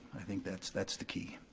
i think that's that's the key,